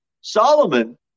Solomon